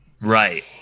Right